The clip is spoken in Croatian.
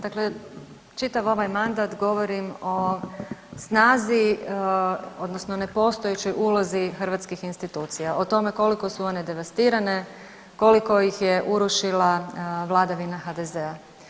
Dakle čitav ovaj mandat govorim o snazi odnosno nepostojećoj ulozi hrvatskih institucija, o tome koliko su one devastirane, koliko ih je urušila vladavina HDZ-a.